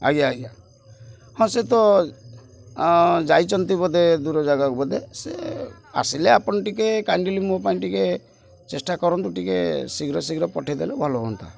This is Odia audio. ଆଜ୍ଞା ଆଜ୍ଞା ହଁ ସେ ତ ଯାଇଛନ୍ତି ବୋଧେ ଦୂର ଜାଗାକୁ ବୋଧେ ସେ ଆସିଲେ ଆପଣ ଟିକେ କାଇଣ୍ଡଲି ମୋ ପାଇଁ ଟିକେ ଚେଷ୍ଟା କରନ୍ତୁ ଟିକେ ଶୀଘ୍ର ଶୀଘ୍ର ପଠାଇଦେଲେ ଭଲ ହୁଅନ୍ତା